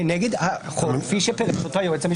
כנגד החוק כפי שפירש אותה היועץ המשפטי.